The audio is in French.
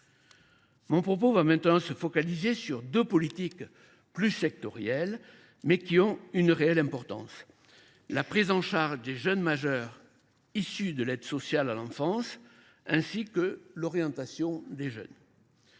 à présent mon propos sur deux politiques plus sectorielles, mais qui ont une réelle importance : la prise en charge des jeunes majeurs issus de l’aide sociale à l’enfance et l’orientation des jeunes.